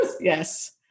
Yes